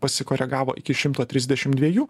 pasikoregavo iki šimto trisdešimt dviejų